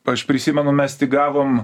aš prisimenu mes tik gavom